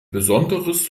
besonderes